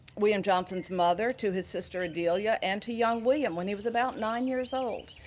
william johnson's mother, to his sister adelia, and to young william when he was about nine years old.